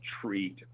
treat